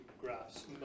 graphs